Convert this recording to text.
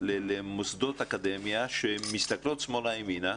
למוסדות אקדמיה שמסתכלים שמאלה וימינה,